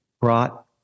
brought